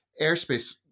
airspace